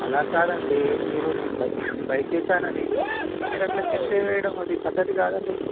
అలా కాదండి మీరు నేను బైక్ బైక్ వేసానని మీరు అట్లా చెత్త ఏ వేయడం అది పద్ధతి కాదండి